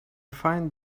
find